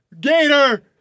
Gator